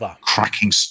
cracking